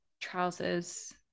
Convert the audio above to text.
trousers